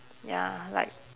ya like